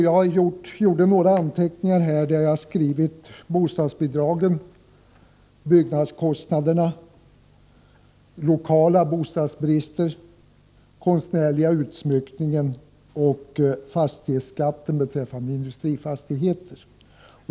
Jag gjorde en del anteckningar om några sådana frågor: bostadsbidragen, byggnadskostnaderna, lokala bostadsbrister, konstnärlig utsmyckning och fastighetsskatt på industrifastigheter.